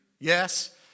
Yes